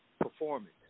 performance